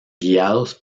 guiados